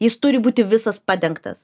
jis turi būti visas padengtas